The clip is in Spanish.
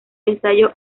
ensayo